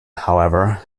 however